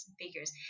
figures